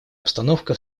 обстановка